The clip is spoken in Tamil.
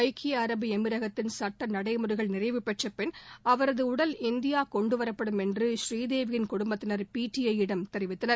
ஐக்கிய அரபு எமிரகத்தின் சட்ட நடைமுறைகள் நிறைவுபெற்ற பின் அவரது உடல் இந்தியா கொண்டுவரப்படும் என்று ஸ்ரீதேவியின் குடும்பத்தினர் பிடிஐ யிடம் தெரிவித்தனர்